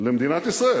למדינת ישראל,